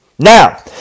Now